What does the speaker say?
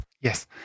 Yes